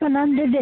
सामान दे दे